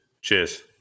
Cheers